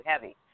heavy